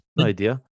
idea